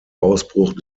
ausbruch